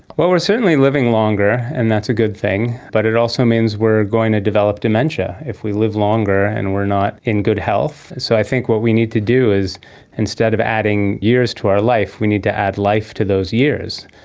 we are certainly living longer and that's a good thing but it also means we are going to develop dementia if we live longer and we are not in good health. so i think what we need to do is instead of adding years to our life we need to add life to those years,